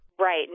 Right